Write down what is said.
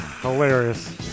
Hilarious